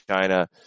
China